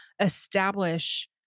establish